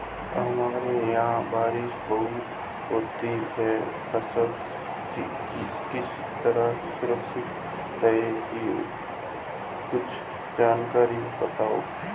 हमारे यहाँ बारिश बहुत होती है फसल किस तरह सुरक्षित रहे कुछ जानकारी बताएं?